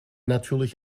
natürlich